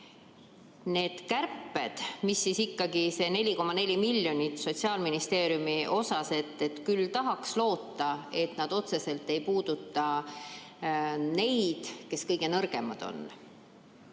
need kärped, ikkagi see 4,4 miljonit Sotsiaalministeeriumis. Küll tahaks loota, et nad otseselt ei puuduta neid, kes kõige nõrgemad on.